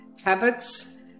habits